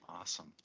Awesome